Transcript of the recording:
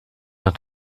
nach